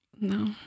No